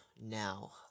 now